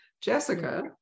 jessica